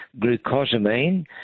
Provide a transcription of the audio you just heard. glucosamine